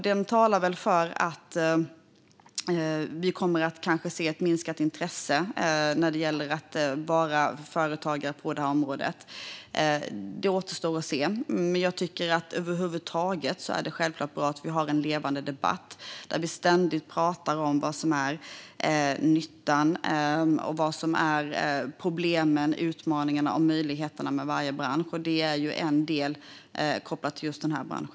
Den talar väl för att vi kanske kommer att se ett minskat intresse för att vara företagare på detta område. Det återstår att se. Över huvud taget är det självklart bra att vi har en levande debatt där vi ständigt talar om vad som är nyttan, problemen, utmaningarna och möjligheterna med varje bransch. Detta är något som kan kopplas också till just denna bransch.